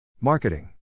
marketing